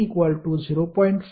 आता आपल्याला t 0